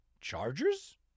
Chargers